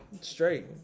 straight